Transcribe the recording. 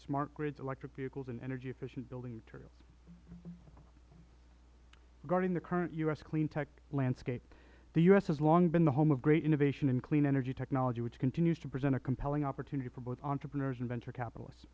smart grids electric vehicles and energy efficient building materials regarding the current u s clean tech landscape the u s has long been the home of great innovation in clean energy technology which continues to present a compelling opportunity for both entrepreneurs and venture capitalists